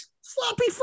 Sloppy